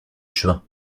juin